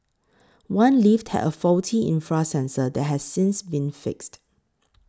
one lift had a faulty infrared sensor that has since been fixed